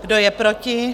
Kdo je proti?